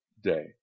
day